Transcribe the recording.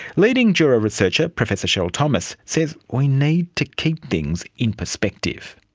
leading jury researcher professor cheryl thomas says we need to keep things in perspective.